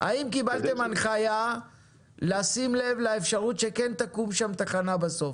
האם קיבלתם הנחייה לשים לב לאפשרות שכן תקום שם תחנה בסוף?